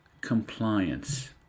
Compliance